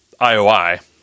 IOI